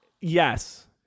Yes